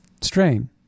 strain